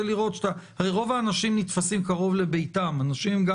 לראות הרי רוב האנשים נתפסים קרוב לביתם.